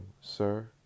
Sir